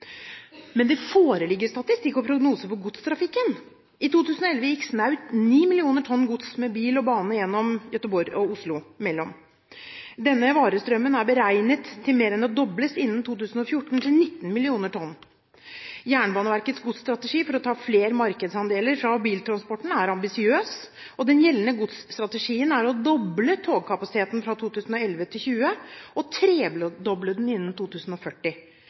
Men det foreligger statistikk og prognoser for godstrafikken. I 2011 gikk snaut ni millioner tonn gods med bil og bane mellom Gøteborg og Oslo. Denne varestrømmen er beregnet til å mer enn dobles – til 19 millioner tonn – innen 2014. Jernbaneverkets godsstrategi for å ta flere markedsandeler fra biltransporten er ambisiøs. Den gjeldende godsstrategien går ut på å doble togkapasiteten fra 2011 til 2020 og tredoble den innen 2040.